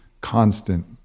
constant